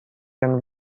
and